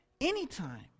Anytime